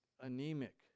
anemic